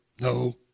no